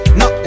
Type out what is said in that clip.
no